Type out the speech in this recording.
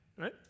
Right